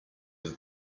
have